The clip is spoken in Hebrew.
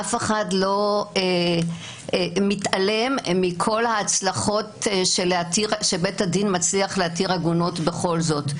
אף אחד לא מתעלם מכל ההצלחות שבית הדין מצליח להתיר עגונות בכל זאת.